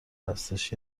هستش